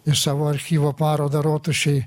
ir savo archyvo parodą rotušėj